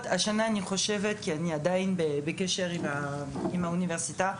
השנה יש כ-600 צעירים בני 18 שמקבלים מעיריית ירושלים כדי ללמוד עברית.